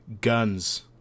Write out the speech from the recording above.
Guns